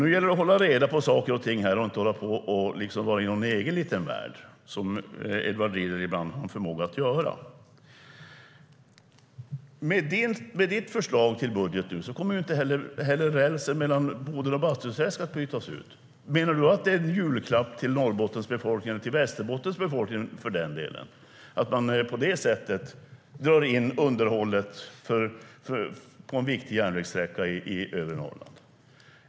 Nu gäller det att hålla reda på saker och ting och att inte vara i någon egen liten värld, som Edward Riedl ibland har en förmåga att göra. Med ditt förslag till budget kommer rälsen mellan Boden och Bastuträsk inte heller att bytas ut. Menar du att det är en julklapp till Norrbottens befolkning, eller till Västerbottens befolkning för den delen, att på det sättet dra in underhållet på en viktig järnvägssträcka i övre Norrland?